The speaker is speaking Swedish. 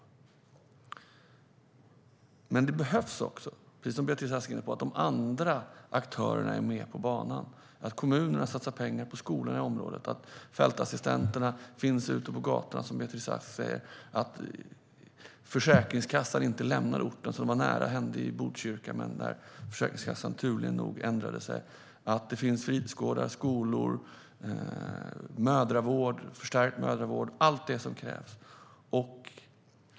Precis som Beatrice Ask har varit inne på behövs att andra aktörer är med på banan, att kommunerna satsar pengar på skolorna i området, att fältassistenterna finns ute på gatorna, att Försäkringskassan inte lämnar orten. Det var nära att hända i Botkyrka, men Försäkringskassan ändrade sig som tur var. Det måste finnas fritidsgårdar, skolor, förstärkt mödravård. Det ska vara allt som krävs.